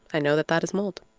i know that that is mold